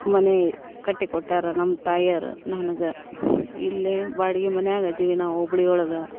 ಮನೆ ಕಟ್ಟಿಕೊಟ್ಟಾರೆ ನಮ್ಮ ತಾಯಿಯೋರು ನನಗೆ ಇಲ್ಲೇ ಬಾಡ್ಗೆ ಮನ್ಯಾಗೆ ಇದೀವಿ ನಾವು ಹುಬ್ಬಳ್ಳಿ ಒಳಗೆ